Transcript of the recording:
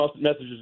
messages